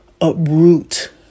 uproot